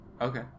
Okay